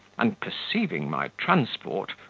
and perceiving my transport,